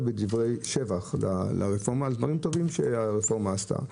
בדברי שבח לרפורמה על דברים טובים שהרפורמה עשתה.